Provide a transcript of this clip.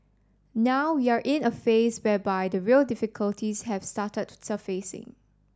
now we are in a phase whereby the real difficulties have started surfacing